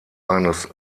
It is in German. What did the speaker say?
eines